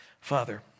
Father